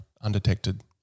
undetected